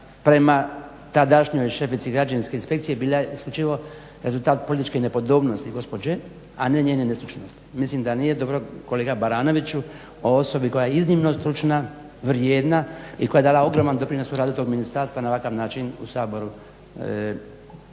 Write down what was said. prema tadašnjoj šefici građevinske inspekcije bila isključivo rezultat političke nepodobnosti gospođe a ne njene nestručnosti. Mislim da nije dobro kolega Baranoviću o osobi koja je iznimno stručna, vrijedna i koja je dala ogroman doprinos u radu tog ministarstva na ovakav način u Saboru